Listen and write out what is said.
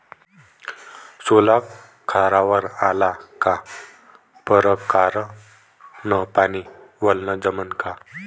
सोला खारावर आला का परकारं न पानी वलनं जमन का?